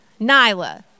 Nyla